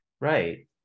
Right